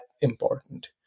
important